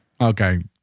Okay